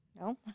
no